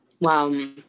wow